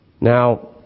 Now